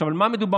על מה מדובר?